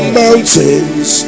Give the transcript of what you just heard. mountains